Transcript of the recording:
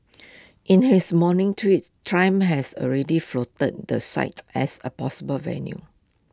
in his morning tweet Trump had already floated the site as A possible venue